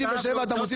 ------ שלו הוא עושה